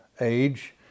age